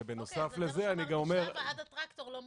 אוקי, אז עד הטרקטור לא מופיע,